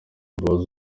imbabazi